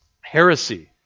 heresy